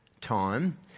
time